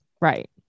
right